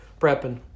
prepping